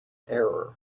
error